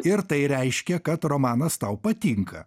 ir tai reiškia kad romanas tau patinka